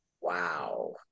Wow